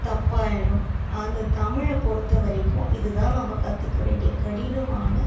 தப்பாகிடும் அந்த தமிழை பொறுத்த வரைக்கும் இது தான் நம்ம கற்றுக்க வேண்டிய கடினமான